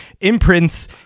imprints